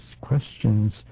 questions